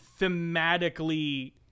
thematically